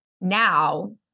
Now